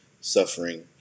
suffering